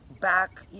back